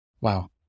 wow